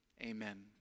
amen